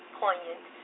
poignant